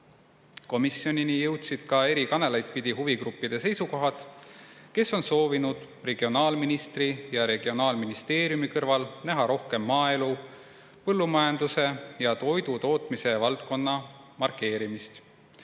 Komisjoni olid eri kanaleid pidi jõudnud huvigruppide seisukohad, kes on soovinud regionaalministri ja regionaalministeeriumi kõrval näha rohkem maaelu, põllumajanduse ja toidutootmise valdkonna markeerimist.